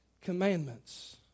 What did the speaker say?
Commandments